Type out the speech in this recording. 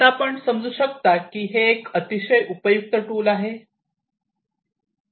आता आपण समजू शकता की हे एक अतिशय उपयुक्त टूल आहे